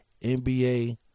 nba